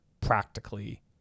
practically